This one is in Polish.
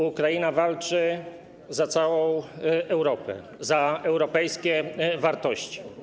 Ukraina walczy za całą Europę, za europejskie wartości.